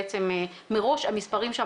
בעצם מראש המספרים שם,